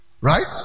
right